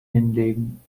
hinlegen